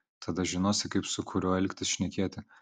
tada žinosi kaip su kuriuo elgtis šnekėti